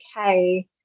okay